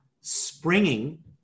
springing